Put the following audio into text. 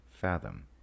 fathom